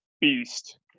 beast